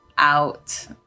out